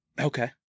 Okay